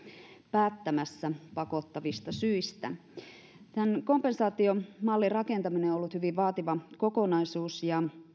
päättämässä pakottavista syistä tämän kompensaatiomallin rakentaminen on ollut hyvin vaativa kokonaisuus eduskuntahan edellytti